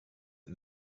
ein